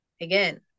Again